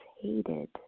hated